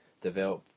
develop